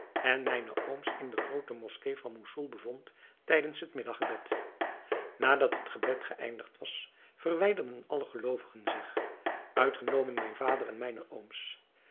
en mijne ooms in de groote moskee van moussoul bevond tijdens het middaggebed nadat het gebed geëindigd was verwijderden alle geloovigen zich uitgenomen mijn vader en mijne ooms